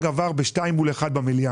עבר בשני קולות מול קול אחד במליאה.